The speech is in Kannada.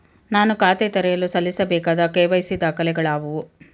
ನಾನು ಖಾತೆ ತೆರೆಯಲು ಸಲ್ಲಿಸಬೇಕಾದ ಕೆ.ವೈ.ಸಿ ದಾಖಲೆಗಳಾವವು?